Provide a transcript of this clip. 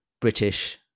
British